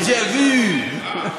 דז'ה וו.